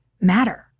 matter